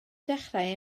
dechrau